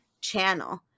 channel